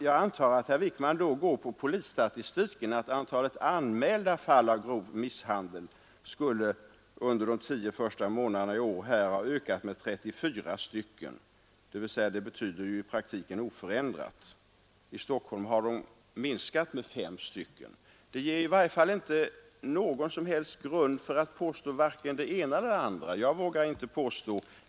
Jag antar att herr Wijkman då utgår från polisstatistiken och menar att det är antalet anmälda fall av grov misshandel som under de tio första månaderna i år skall ha ökat med 34 stycken. Det betyder i praktiken att antalet är oförändrat. I Stockholm har de minskat med 5 stycken. Det är ingen grund för att påstå varken det ena eller det andra.